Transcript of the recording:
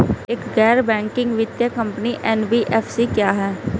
एक गैर बैंकिंग वित्तीय कंपनी एन.बी.एफ.सी क्या है?